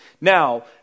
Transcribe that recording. Now